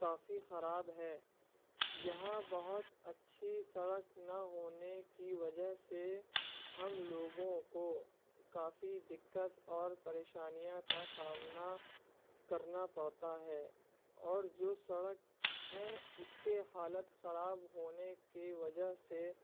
کافی خراب ہے یہاں بہت اچھی سڑک نہ ہونے کی وجہ سے ہم لوگوں کو کافی دقت اور پریشانیوں کا سامنا کرنا پڑتا ہے اور جو سڑک ہیں اس کے حالت خراب ہونے کے وجہ سے